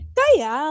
kaya